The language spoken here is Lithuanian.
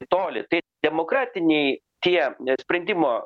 į tolį tai demokratiniai tie sprendimo